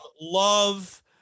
love